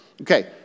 Okay